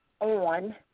On